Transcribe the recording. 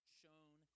shown